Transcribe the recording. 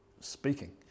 speaking